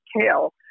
kale